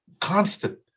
constant